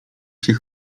się